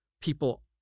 people